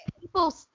People